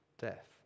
death